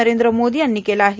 नरेंद्र मोदी यांनी केलं आहे